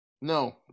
No